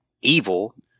evil